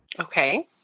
Okay